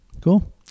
Cool